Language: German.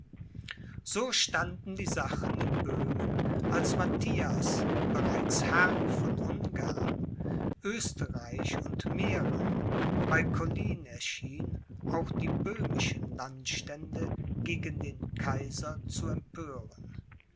so standen die sachen in böhmen als matthias bereits herr von ungarn oesterreich und mähren bei kollin erschien auch die böhmischen landstände gegen den kaiser zu empören